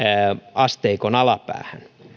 asteikon alapäähän